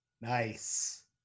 nice